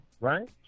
right